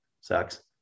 sucks